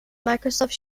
microsoft